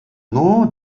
nur